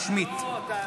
לא יפה.